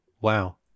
wow